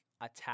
attack